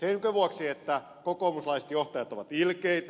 senkö vuoksi että kokoomuslaiset johtajat ovat ilkeitä